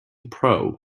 pro